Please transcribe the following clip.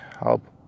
help